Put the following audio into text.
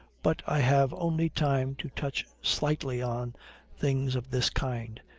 but i have only time to touch slightly on things of this kind,